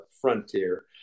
frontier